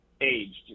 aged